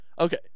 Okay